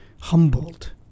humbled